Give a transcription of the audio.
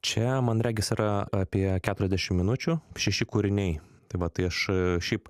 čia man regis yra apie keturiasdešim minučių šeši kūriniai tai va tai aš šiaip